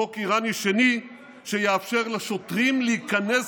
חוק איראני שני שיאפשר לשוטרים להיכנס